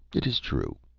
it is true.